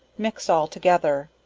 mix all together,